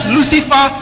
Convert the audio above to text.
Lucifer